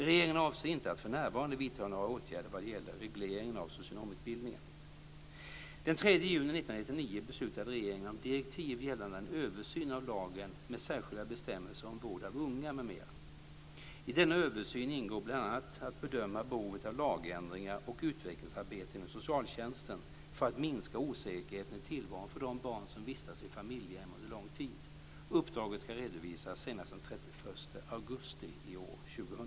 Regeringen avser inte att för närvarande vidta några åtgärder vad gäller regleringen av socionomutbildningen. Den 3 juni 1999 beslutade regeringen om direktiv gällande en översyn av lagen med särskilda bestämmelser om vård av unga m.m. I denna översyn ingår bl.a. att bedöma behovet av lagändringar och utvecklingsarbete inom socialtjänsten för att minska osäkerheten i tillvaron för de barn som vistas i familjehem under lång tid. Uppdraget ska redovisas senast den